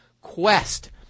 Quest